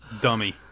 dummy